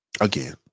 again